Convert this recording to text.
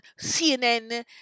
CNN